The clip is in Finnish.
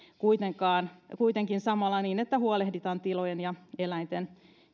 kuitenkin niin että samalla huolehditaan tilojen ja eläinten